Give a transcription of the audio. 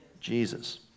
Jesus